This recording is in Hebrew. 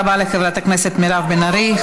תודה רבה לחברת הכנסת מירב בן ארי.